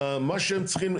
מה שהם צריכים,